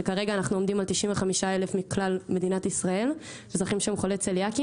שכרגע אנחנו עומדים על 95,000 מכלל מדינת ישראל אזרחים שהם חולי צליאק.